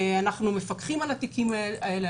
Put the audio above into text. אנחנו מפקחים על התיקים האלה,